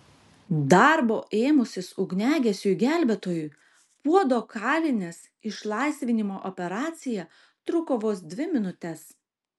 darbo ėmusis ugniagesiui gelbėtojui puodo kalinės išlaisvinimo operacija truko vos dvi minutes